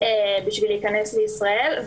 כדי להיכנס לישראל.